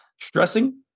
stressing